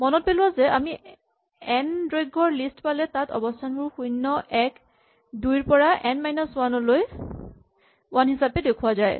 মনত পেলোৱা যে আমি এখন এন দৈৰ্ঘৰ লিষ্ট পালে তাত অৱস্হানবোৰ শূণ্য এক দুই ৰ পৰা এন মাইনাচ ৱান হিচাপে দেখোৱা যায়